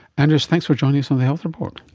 andreas, thanks for joining us on the health report.